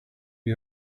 you